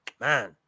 man